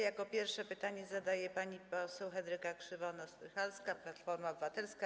Jako pierwsza pytanie zadaje pani poseł Henryka Krzywonos-Strycharska, Platforma Obywatelska.